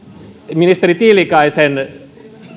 ministeri tiilikaisen